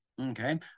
Okay